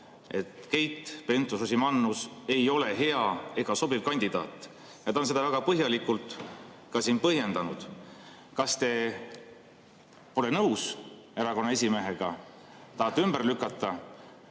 Keit Pentus-Rosimannus ei ole hea ega sobiv kandidaat. Ja ta on seda väga põhjalikult ka põhjendanud. Kas te pole nõus erakonna esimehega, tahate selle ümber lükata